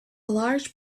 large